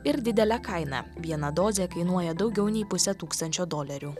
ir didelę kainą viena dozė kainuoja daugiau nei pusę tūkstančio dolerių